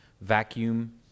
vacuum